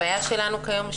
הבעיה שלנו כיום היא